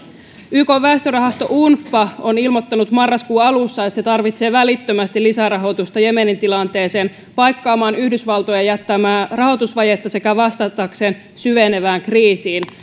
ykn väestörahasto unfpa on ilmoittanut marraskuun alussa että se tarvitsee välittömästi lisärahoitusta jemenin tilanteeseen paikkaamaan yhdysvaltojen jättämää rahoitusvajetta sekä vastatakseen syvenevään kriisiin